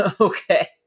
okay